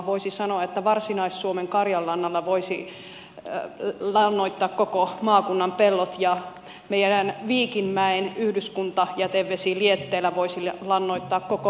voisi sanoa että varsinais suomen karjanlannalla voisi lannoittaa koko maakunnan pellot ja meidän viikinmäen yhdyskuntajätevesilietteellä voisi lannoittaa koko uudenmaan pellot